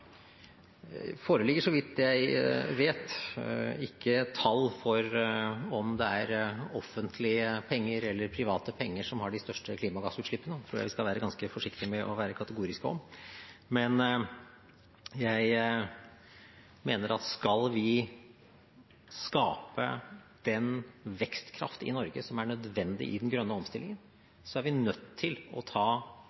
foreligger så vidt jeg vet ikke tall for om det er offentlige penger eller private penger som har de største klimagassutslippene. Det tror jeg vi skal være ganske forsiktige med å være kategoriske om. Men jeg mener at skal vi skape den vekstkraft i Norge som er nødvendig i den grønne omstillingen,